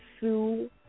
sue